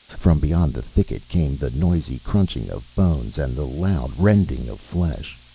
from beyond the thicket came the noisy crunching of bones and the loud rending of flesh,